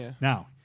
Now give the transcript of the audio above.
Now